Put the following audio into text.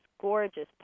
gorgeous